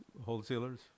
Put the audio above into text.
wholesalers